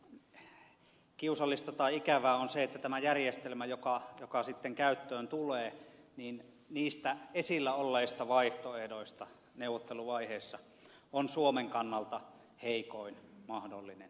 sen sijaan kiusallista tai ikävää on se että tämä järjestelmä joka sitten käyttöön tulee on niistä neuvotteluvaiheessa esillä olleista vaihtoehdoista suomen kannalta heikoin mahdollinen